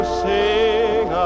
sing